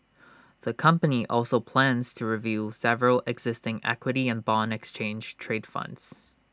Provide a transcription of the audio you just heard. the company also plans to review several existing equity and Bond exchange trade funds